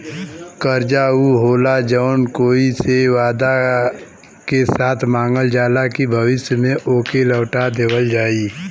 कर्जा ऊ होला जौन कोई से वादा के साथ मांगल जाला कि भविष्य में ओके लौटा देवल जाई